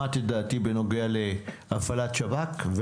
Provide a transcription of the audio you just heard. שמעת את דעתי בנוגע להפעלת שב"כ,